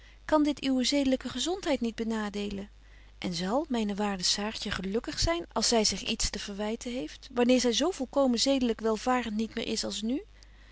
kan dit uwe zedelyke gezontheid niet benadeelen en zal myne waarde saartje gelukkig zyn als zy zich iets te verwyten heeft wanneer zy zo volkomen zedelyk welvarent niet meer is als nu